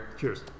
Cheers